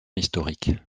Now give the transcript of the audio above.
historique